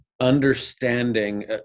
understanding